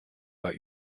bei